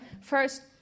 first